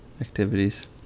activities